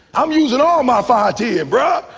i'm using all my fights here brah.